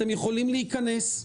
אתם יכולים להיכנס.